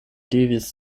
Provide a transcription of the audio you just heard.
devis